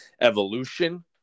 evolution